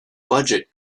budget